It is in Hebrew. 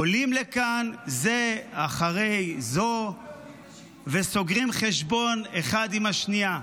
עולים לכאן זה אחרי זו וסוגרים חשבון אחד עם השנייה.